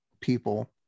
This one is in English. people